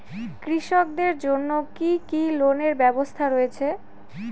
কৃষকদের জন্য কি কি লোনের ব্যবস্থা রয়েছে?